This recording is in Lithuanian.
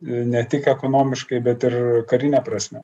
ne tik ekonomiškai bet ir karine prasme